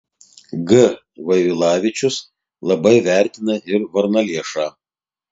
g vaivilavičius labai vertina ir varnalėšą